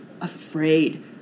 afraid